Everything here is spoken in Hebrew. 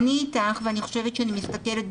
אני איתך ואני חושבת שאני מסתכלת,